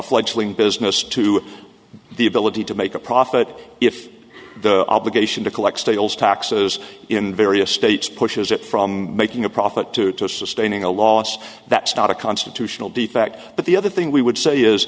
fledgling business to the ability to make a profit if the obligation to collect sales taxes in various states pushes it from making a profit to sustaining a loss that's not a constitutional defect but the other thing we would say is